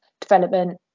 development